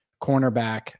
cornerback